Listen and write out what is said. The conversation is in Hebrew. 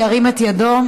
ירים את ידו.